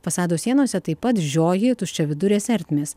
fasado sienose taip pat žioji tuščiavidurės ertmės